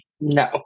No